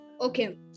Okay